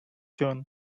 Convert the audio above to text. zone